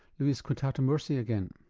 lluis quintana-murci again.